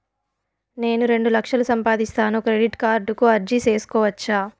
నేను రెండు లక్షలు సంపాదిస్తాను, క్రెడిట్ కార్డుకు అర్జీ సేసుకోవచ్చా?